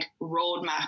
roadmap